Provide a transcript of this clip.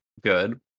good